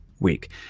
week